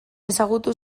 ezagutu